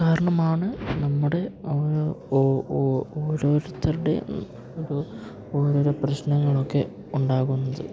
കാരണമാണ് നമ്മുടെ ഓരോരുത്തരുടെ ഇപ്പോൾ ഓരോരോ പ്രശ്നങ്ങളൊക്കെ ഉണ്ടാകുന്നത്